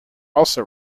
also